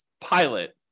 pilot